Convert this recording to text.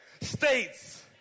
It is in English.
states